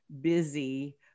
busy